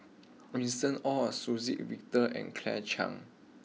Winston Oh Suzann Victor and Claire Chiang